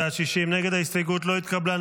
הסתייגות 5 לא נתקבלה.